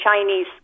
Chinese